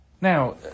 Now